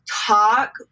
Talk